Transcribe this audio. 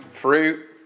fruit